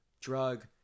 drug